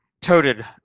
toted